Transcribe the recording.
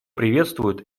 приветствует